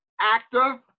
actor